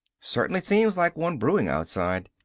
certainly seems like one brewing outside.